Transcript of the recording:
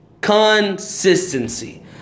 Consistency